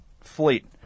fleet